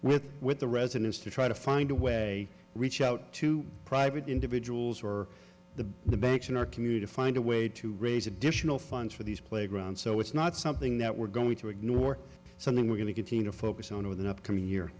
with with the residents to try to find a way reach out to private individuals or the the banks in our community find a way to raise additional funds for these playground so it's not something that we're going to ignore something we're going to get into focus on over the upcoming year